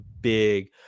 big